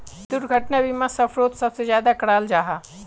दुर्घटना बीमा सफ़रोत सबसे ज्यादा कराल जाहा